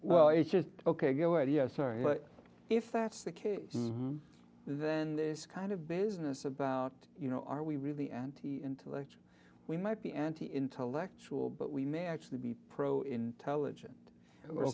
well it's just ok go ahead yes sorry but if that's the case then this kind of business about you know are we really anti intellect we might be anti intellectual but we may actually be pro intelligent or